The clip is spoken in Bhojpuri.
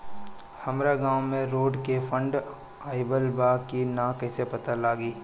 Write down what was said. हमरा गांव मे रोड के फन्ड आइल बा कि ना कैसे पता लागि?